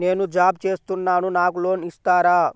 నేను జాబ్ చేస్తున్నాను నాకు లోన్ ఇస్తారా?